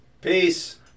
Peace